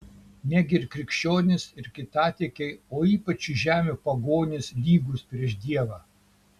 negi ir krikščionys ir kitatikiai o ypač šių žemių pagonys lygūs prieš dievą